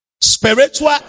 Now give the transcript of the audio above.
Spiritual